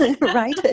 right